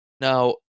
Now